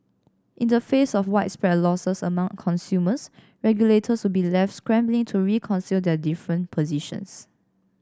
in the face of widespread losses among consumers regulators would be left scrambling to reconcile their different positions